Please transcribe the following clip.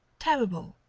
terrible,